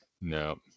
No